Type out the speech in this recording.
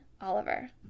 Oliver